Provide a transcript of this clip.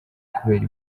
kubera